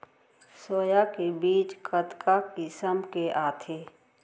Soya के बीज कतका किसम के आथे?